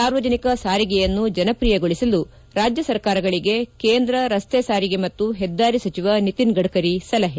ಸಾರ್ವಜನಿಕ ಸಾರಿಗೆಯನ್ನು ಜನಪ್ರಿಯಗೊಳಿಸಲು ರಾಜ್ಯ ಸರ್ಕಾರಗಳಗೆ ಕೇಂದ್ರ ರಸ್ತೆ ಸಾರಿಗೆ ಮತ್ತು ಹೆದ್ದಾರಿ ಸಚಿವ ನಿತಿನ್ ಗಡ್ತರಿ ಸಲಹೆ